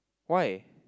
why